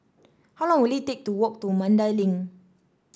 how long will it take to walk to Mandai Link